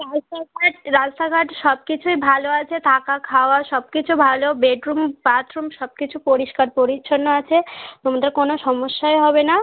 রাস্তাঘাট রাস্তাঘাট সব কিছুই ভালো আছে থাকা খাওয়া সব কিছু ভালো বেডরুম বাথরুম সব কিছু পরিষ্কার পরিচ্ছন্ন আছে তোমাদের কোনো সমস্যাই হবে না